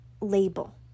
label